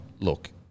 look